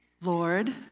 Lord